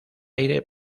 aire